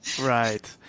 Right